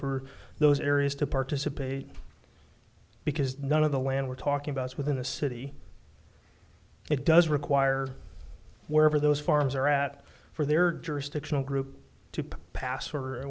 for those areas to participate because none of the land we're talking about is within the city it does require wherever those farms are at for their jurisdictional group to pass